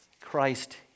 Christ